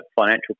financial